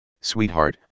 sweetheart